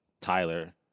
Tyler